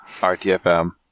RTFM